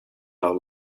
our